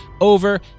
over